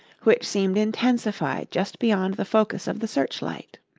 which seemed intensified just beyond the focus of the searchlight.